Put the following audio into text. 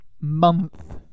month